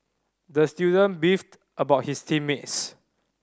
the student beefed about his team mates